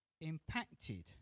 impacted